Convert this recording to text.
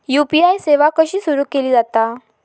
UPI सेवा कशी सुरू केली जाता?